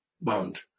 bound